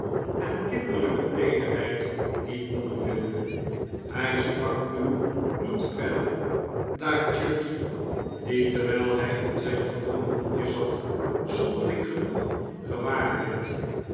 en kinderlijke tee derheid niet noemen wilde hij sprak nu niet verder daar chuffey die terwijl hij in zijn gewone hoekje zat zonderling genoeg